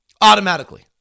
automatically